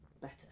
better